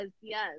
yes